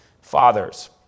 fathers